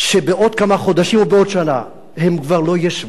שבעוד כמה חודשים, או בעוד שנה, הם כבר לא ישבו,